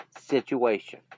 situation